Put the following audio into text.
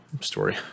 story